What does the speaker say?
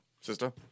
Sister